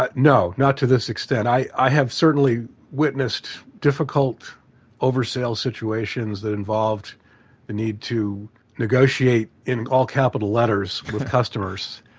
but no, not to this extent. i have certainly witnessed difficult oversell situations that involved the need to negotiate, in all capital letters, with customers.